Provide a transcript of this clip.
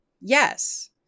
Yes